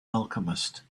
alchemist